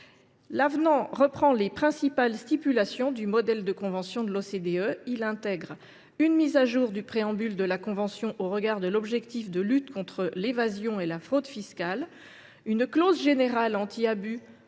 L’avenant reprend les principales dispositions du modèle de convention de l’OCDE : il intègre une mise à jour du préambule de la convention au regard de l’objectif de lutte contre l’évasion et la fraude fiscales, une clause générale anti abus